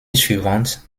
suivante